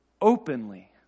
openly